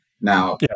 Now